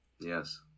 Yes